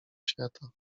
świata